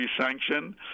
sanction